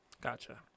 Gotcha